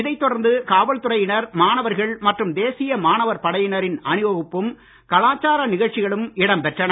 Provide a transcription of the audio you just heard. இதை தொடர்ந்து காவல்துறையினர் மாணவர்கள் மற்றும் தேசிய மாணவர் படையினரின் அணிவகுப்பும் கலாச்சார நிகழ்ச்சிகளும் இடம்பெற்றன